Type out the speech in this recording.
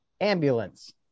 ambulance